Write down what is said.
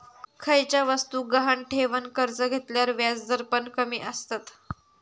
खयच्या वस्तुक गहाण ठेवन कर्ज घेतल्यार व्याजदर पण कमी आसतत